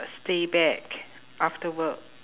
stay back after work